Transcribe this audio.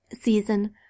season